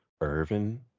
Irvin